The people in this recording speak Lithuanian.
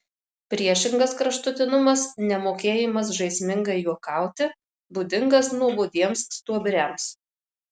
priešingas kraštutinumas nemokėjimas žaismingai juokauti būdingas nuobodiems stuobriams